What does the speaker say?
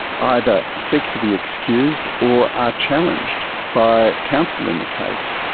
either seek to be excused or are challenged by counsel in the case.